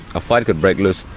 a fight could break loose.